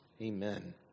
Amen